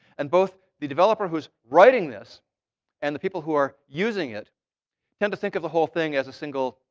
and both the developer who's writing this and the people who are using it tend to think of the whole thing as a single,